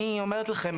אני אומרת לכם,